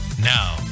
Now